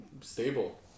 stable